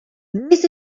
this